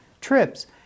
trips